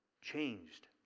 changed